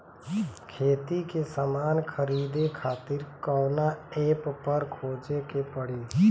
खेती के समान खरीदे खातिर कवना ऐपपर खोजे के पड़ी?